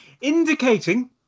indicating